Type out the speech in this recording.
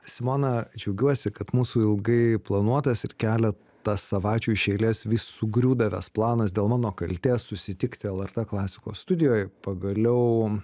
simona džiaugiuosi kad mūsų ilgai planuotas ir keletą savaičių iš eilės vis sugriūdavęs planas dėl mano kaltės susitikti lrt klasikos studijoj pagaliau